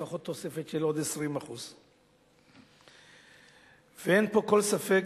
לפחות תוספת של עוד 20%. אין פה כל ספק,